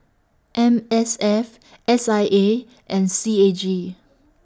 M S F S I A and C A G